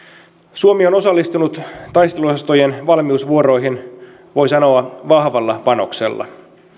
suomi on osallistunut taisteluosastojen valmiusvuoroihin voi sanoa vahvalla panoksella